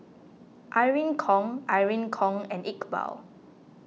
Irene Khong Irene Khong and Iqbal